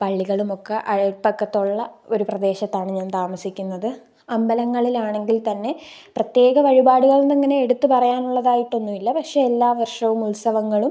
പള്ളികളുമൊക്ക അയൽപക്കത്തുള്ള ഒരു പ്രദേശത്താണ് ഞാൻ താമസിക്കുന്നത് അമ്പലങ്ങളിലാണെങ്കിൽ തന്നെ പ്രത്യേക വഴിപാടുകളെന്നങ്ങനെ എടുത്തു പറയാനുള്ളതായിട്ടൊന്നും ഇല്ല പക്ഷേ എല്ലാ വർഷവും ഉത്സവങ്ങളും